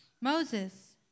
Moses